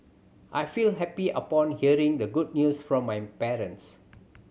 I felt happy upon hearing the good news from my parents